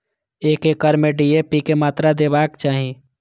एक एकड़ में डी.ए.पी के मात्रा देबाक चाही?